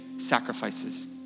sacrifices